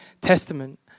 Testament